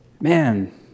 Man